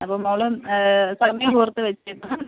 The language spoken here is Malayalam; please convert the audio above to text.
അപ്പം മോൾ സമയം ഓർത്ത് വെച്ചിട്ട്